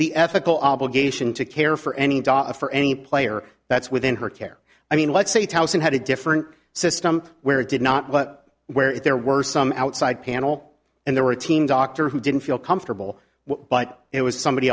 the ethical obligation to care for any for any player that's within her care i mean let's say you tell us it had a different system where it did not but where if there were some outside panel and there were a team doctor who didn't feel comfortable with but it was somebody